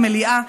למליאה,